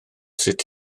sut